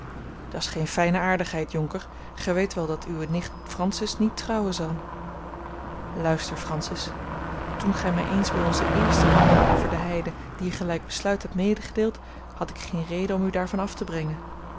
dat's geene fijne aardigheid jonker gij weet wel dat uwe nicht francis niet trouwen zal luister francis toen gij mij eens bij onze eerste wandeling over de heide diergelijk besluit hebt medegedeeld had ik geen reden om u daarvan af te brengen